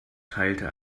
teilte